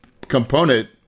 component